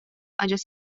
адьас